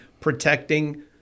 protecting